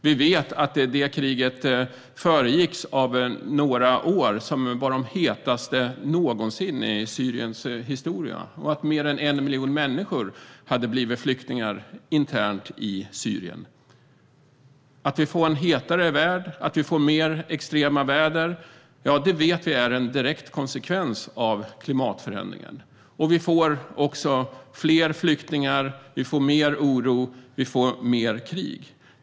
Vi vet att det kriget föregicks av några år som var de hetaste någonsin i Syriens historia och att mer än 1 miljon människor hade blivit flyktingar internt i Syrien. Att vi får en hetare värld och mer extremt väder vet vi är en direkt konsekvens av klimatförändringen. Vi får också fler flyktingar, mer oro och mer krig.